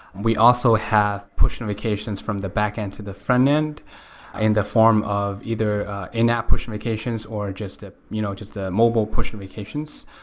we also have push notifications from the backend to the frontend in the form of either in-app push notifications or just ah you know just mobile push notifications,